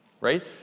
right